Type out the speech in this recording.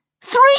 Three